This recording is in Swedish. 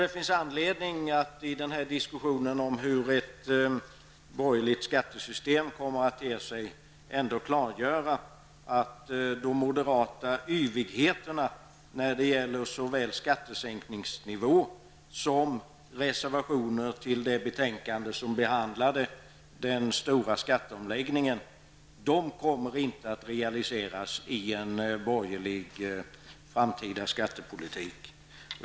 Det finns anledning att i diskussionen om hur ett borgerligt skattesystem skulle komma att te sig, ändå klargöra att de moderata yvigheterna, såväl beträffande nivån på skattesänkningen som i reservationer till det betänkande som behandlade den stora skatteomläggningen, inte kommer att realiseras i en framtida borgerlig skattepolitik.